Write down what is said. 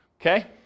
Okay